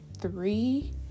three